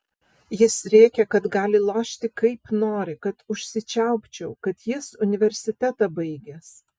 jis rėkė kad gali lošti kaip nori kad užsičiaupčiau kad jis universitetą baigęs